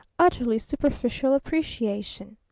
utterly superficial appreciation.